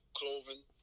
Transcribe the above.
clothing